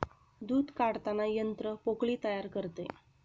दूध काढताना यंत्र पोकळी तयार करते